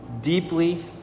deeply